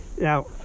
now